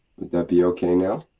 that be okay, now?